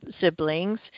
siblings